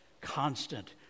constant